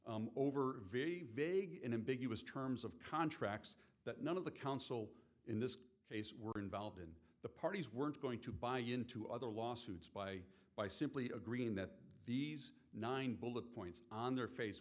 over very vague and ambiguous terms of contracts that none of the counsel in this case were involved in the parties weren't going to buy into other lawsuits by by simply agreeing that these nine bullet points on their face